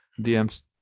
dms